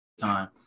time